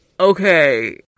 Okay